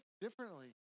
differently